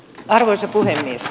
arvoisa puhemies